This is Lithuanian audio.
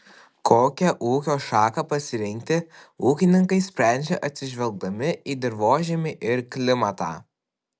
kokią ūkio šaką pasirinkti ūkininkai sprendžia atsižvelgdami į dirvožemį ir klimatą